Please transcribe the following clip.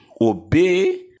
Obey